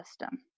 system